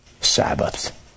sabbath